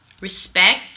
respect